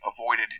avoided